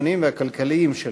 הביטחוניים והכלכליים שלה.